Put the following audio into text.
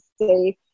safe